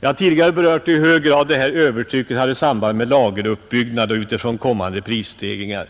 Jag har tidigare berört i hur hög grad övertrycket hade samband med lageruppbyggnaden och väntade prisstegringar.